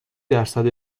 درصد